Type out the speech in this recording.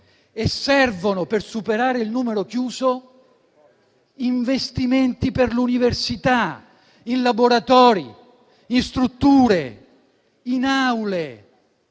e servono, per superare il numero chiuso, investimenti per l'università: in laboratori, in strutture, in aule